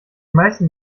meisten